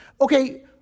okay